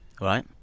right